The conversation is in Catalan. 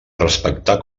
respectar